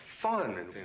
fun